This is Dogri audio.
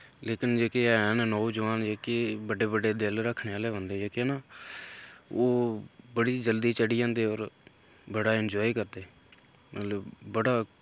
लेकिन जेह्के हैन नौजोआन जेह्के बड्डे बड्डे दिल रक्खने आह्ले बंदे जेह्के ना ओह् बड़ी जल्दी चढ़ी जंदे होर बड़ा इंजाय करदे मतलब बड़ा